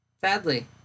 Sadly